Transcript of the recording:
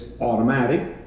automatic